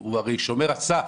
הוא הרי שומר הסף.